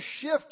shift